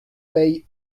paye